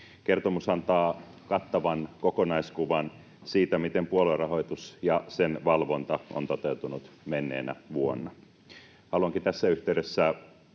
Kertomus antaa kattavan kokonaiskuvan siitä, miten puoluerahoitus ja sen valvonta ovat toteutuneet menneenä vuonna. Haluankin tässä yhteydessä